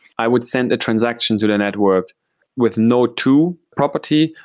i would send a transaction to the network with node two property,